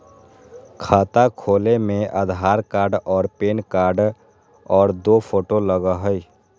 खाता खोले में आधार कार्ड और पेन कार्ड और दो फोटो लगहई?